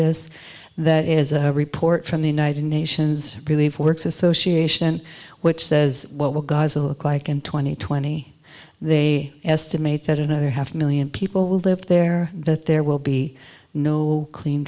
this that is a report from the united nations relief works association which says what will gaza look like in twenty twenty they estimate that another half million people will live there that there will be no clean